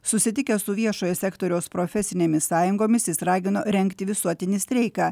susitikę su viešojo sektoriaus profesinėmis sąjungomis jis ragino rengti visuotinį streiką